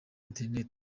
internet